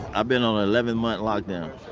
i've been on an eleven month lockdown.